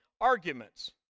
arguments